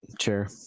sure